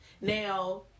Now